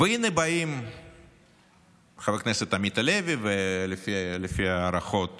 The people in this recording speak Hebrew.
והינה באים חבר הכנסת עמית הלוי, ולפי ההערכות